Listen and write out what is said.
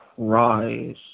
rise